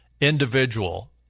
individual